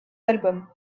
albums